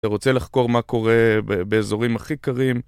אתה רוצה לחקור מה קורה באזורים הכי קרים?